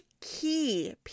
key